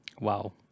Wow